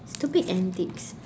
stupid antics